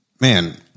man